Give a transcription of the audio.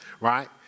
right